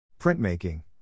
Printmaking